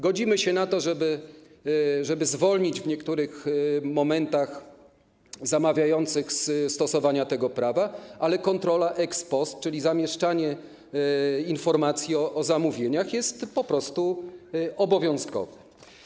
Godzimy się na to, żeby zwolnić w niektórych momentach zamawiających ze stosowania tego prawa, ale kontrola ex post, czyli zamieszczanie informacji o zamówieniach, jest po prostu obowiązkowa.